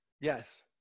Yes